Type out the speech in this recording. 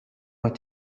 ont